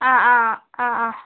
അ ആ അ ആ